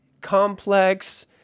complex